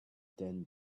din